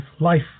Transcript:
life